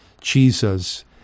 Jesus